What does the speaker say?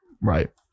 Right